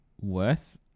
worth